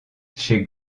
chez